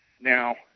now